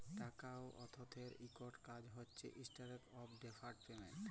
টাকা বা অথ্থের ইকট কাজ হছে ইস্ট্যান্ডার্ড অফ ডেফার্ড পেমেল্ট